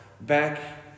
back